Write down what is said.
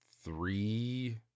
Three